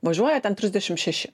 važiuoja ten trisdešim šeši